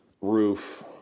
roof